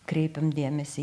kreipiam dėmesį